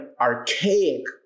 archaic